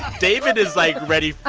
david is, like, ready,